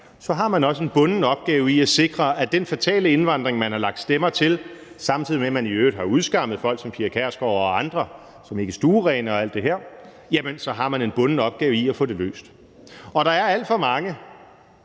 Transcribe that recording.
Så har man også en bunden opgave i at sikre, at den fatale indvandring, man har lagt stemmer til – samtidig med man i øvrigt har udskammet folk som Pia Kjærsgaard og andre som værende ikke stuerene og alt det her – bliver løst. Og der er alt for mange